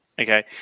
Okay